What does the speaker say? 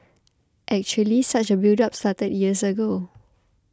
actually such a buildup started years ago